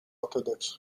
orthodoxe